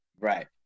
right